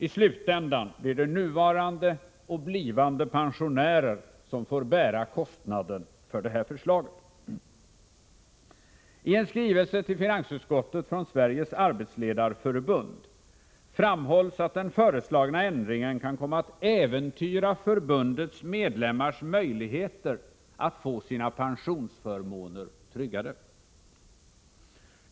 I slutänden blir det nuvarande och blivande pensionärer som får bära kostnaden för det här förslaget. I en skrivelse till finansutskottet från Sveriges arbetsledareförbund framhålls att den föreslagna ändringen kan komma att äventyra förbundets medlemmars möjligheter att få sina pensionsförmåner tryggade.